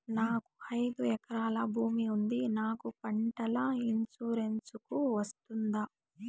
నాకు ఐదు ఎకరాల భూమి ఉంది నాకు పంటల ఇన్సూరెన్సుకు వస్తుందా?